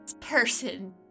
person